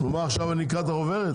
עכשיו אני אקרא את החוברת?